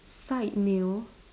side meal